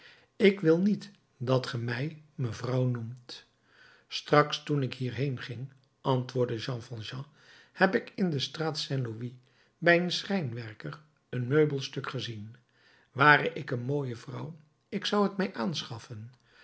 ik wil niet dat ge mij mevrouw noemt straks toen ik hierheen ging antwoordde jean valjean heb ik in de straat saint louis bij een schrijnwerker een meubelstuk gezien ware ik een mooie vrouw ik zou het mij aanschaffen